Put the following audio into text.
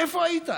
איפה היית?